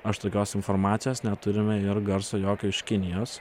aš tokios informacijos neturime ir garso jokio iš kinijos